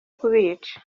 kubica